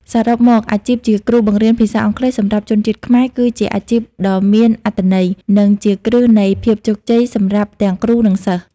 សរុបមក អាជីពជាគ្រូបង្រៀនភាសាអង់គ្លេសសម្រាប់ជនជាតិខ្មែរ គឺជាអាជីពដ៏មានអត្ថន័យ និងជាគ្រឹះនៃភាពជោគជ័យសម្រាប់ទាំងគ្រូ និងសិស្ស។